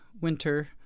winter